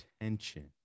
attention